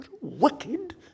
wicked